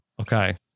Okay